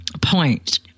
point